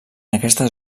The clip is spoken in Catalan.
aquestes